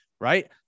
right